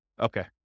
Okay